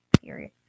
period